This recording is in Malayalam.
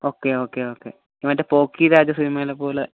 ഓക്കെ ഓക്കെ ഓക്കെ മറ്റേ പോക്കിരിരാജ സിനിമയിലെ പോലെ